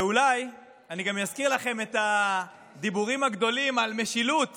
ואולי אני גם אזכיר לכם את הדיבורים הגדולים על משילות